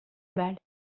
balle